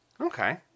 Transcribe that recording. Okay